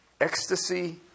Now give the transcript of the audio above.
ecstasy